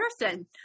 person